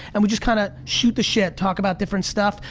and we just kind of shoot the shit. talk about different stuff.